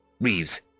Reeves